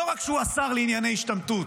לא רק שהוא השר לענייני השתמטות